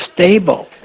stable